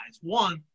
One